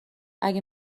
اگه